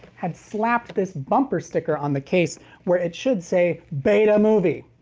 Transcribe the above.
had slapped this bumper sticker on the case where it should say betamovie.